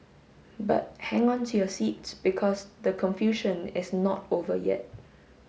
but hang on to your seats because the confusion is not over yet